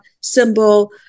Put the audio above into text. symbol